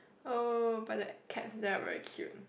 oh but the cats there are very cute